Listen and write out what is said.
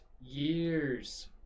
Years